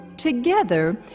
Together